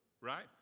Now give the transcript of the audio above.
right